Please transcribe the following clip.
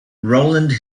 rowland